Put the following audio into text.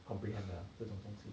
comprehend 的 ah 这种东西